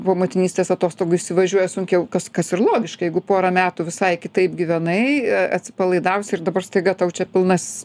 po motinystės atostogų įsivažiuoja sunkiau kas kas ir logiška jeigu porą metų visai kitaip gyvenai atsipalaidavusi ir dabar staiga tau čia pilnas